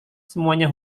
semuanya